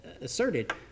asserted